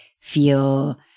feel